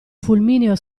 fulmineo